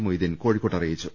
മൊയ്തീൻ കോഴിക്കോട്ട് അറിയിച്ചു